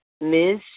Ms